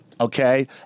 okay